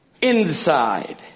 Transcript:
inside